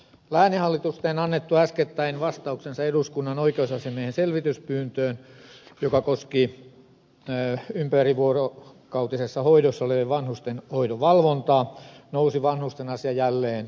lääninhallitusten annettua äskettäin vastauksensa eduskunnan oikeusasiamiehen selvityspyyntöön joka koski ympärivuorokautisessa hoidossa olevien vanhusten hoidon valvontaa nousi vanhusten asia jälleen otsikoihin